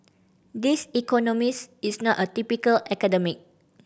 this economist is not a typical academic